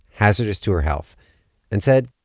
hazardous to her health and said.